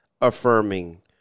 affirming